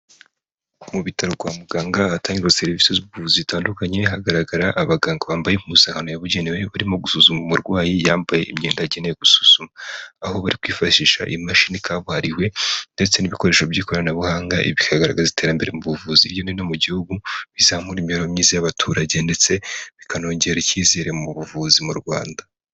Mu bitaro kwa muganga, ahatangirwa serivisi z'ubuvuzi zitandukanye, hagaragara abaganga bambaye impuzankano yabugenewe, barimo gusuzuma umurwayi, yambaye imyenda yagenewe gusuzuma. Aho bari kwifashisha imashini kabuhariwe, ndetse n'ibikoresho by'ikoranabuhanga, ibi bikagaragaza iterambere mu buvuzi hirya no hino mu gihugu, bizamura imibereho myiza y'abaturage ndetse, bikanongera icyizere mu buvuzi mu Rwanda.